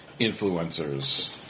influencers